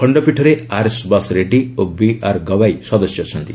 ଖଣ୍ଡପୀଠରେ ଆର୍ ସୁବାସ ରେଡ୍ରୀ ଓ ବିଆର୍ ଗବାଇ ସଦସ୍ୟ ଅଛନ୍ତି